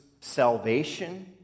salvation